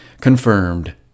confirmed